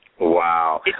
Wow